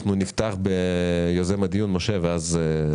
אנחנו נפתח ביוזם הדיון, חבר הכנסת משה טור